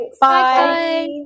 Bye